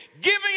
giving